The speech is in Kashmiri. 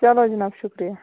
چَلو جناب شُکریا